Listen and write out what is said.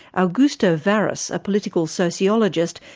augusto varas, a political sociologist,